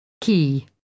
Key